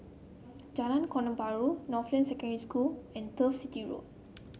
Jalan Korban Road Northland Secondary School and Turf City Road